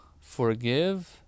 forgive